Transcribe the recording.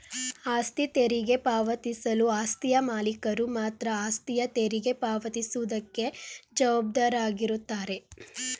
ಆಸ್ತಿ ತೆರಿಗೆ ಪಾವತಿಸಲು ಆಸ್ತಿಯ ಮಾಲೀಕರು ಮಾತ್ರ ಆಸ್ತಿಯ ತೆರಿಗೆ ಪಾವತಿ ಸುವುದಕ್ಕೆ ಜವಾಬ್ದಾರಾಗಿರುತ್ತಾರೆ